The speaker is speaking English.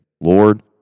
lord